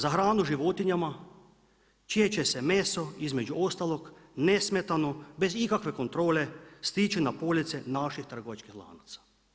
Za hranu životinjama čije će se meso između ostalog nesmetano bez ikakve kontrole stići na police naših trgovačkih lanaca.